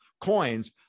coins